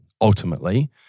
ultimately